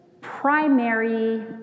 primary